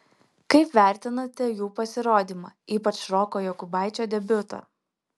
kaip vertinate jų pasirodymą ypač roko jokubaičio debiutą